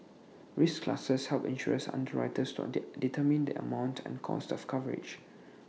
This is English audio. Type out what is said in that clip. risk classes help insurance underwriters to determine the amount and cost of coverage